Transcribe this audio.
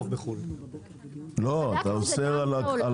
היצרן בחו"ל חושב על מה הוא עושה מול כל העולם.